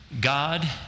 God